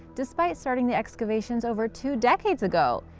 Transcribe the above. despite starting the excavations over two decades ago.